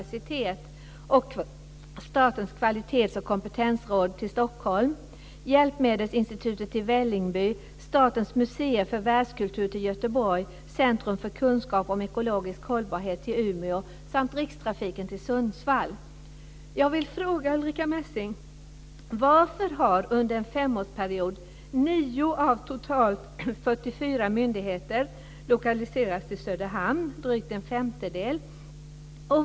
Då handlade det om Karlstads, Växjö och Örebro universitet och 44 myndigheter har lokaliserats till Söderhamn under en femårsperiod. Det är drygt en femtedel.